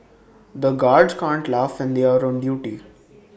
the guards can't laugh when they are on duty